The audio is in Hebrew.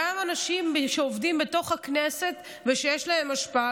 גם אנשים שעובדים בתוך הכנסת ושיש להם השפעה,